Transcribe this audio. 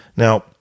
Now